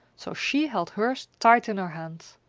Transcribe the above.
so she held hers tight in her hand.